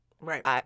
Right